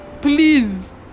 please